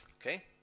Okay